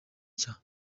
nshya